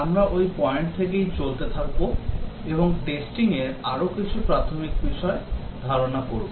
আমরা ওই পয়েন্ট থেকেই চলতে থাকবো এবং টেস্টিংয়ের আরো কিছু প্রাথমিক বিষয় ধারণা করব